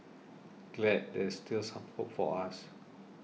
glad there's still some hope for us